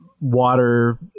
water